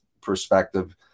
perspective